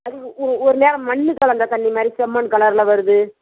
வருது ஓ ஒரு நேரம் மண்ணு கலந்த தண்ணி மாரி செம்மண் கலரில் வருது